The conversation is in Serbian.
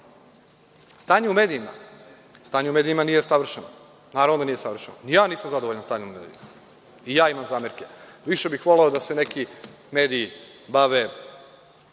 u medijima. Stanje u medijima nije savršeno, naravno da nije savršeno. Ni, ja nisam zadovoljan sa stanjem u medijima. I ja imam zamerke. Više bih voleo da se neki mediji bave